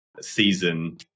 season